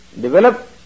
develop